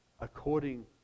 according